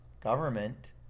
government